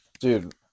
Dude